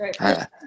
right